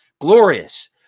Glorious